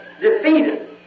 defeated